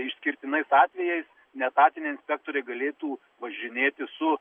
išskirtinais atvejais neetatiniai inspektoriai galėtų važinėti su